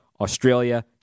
Australia